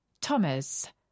Thomas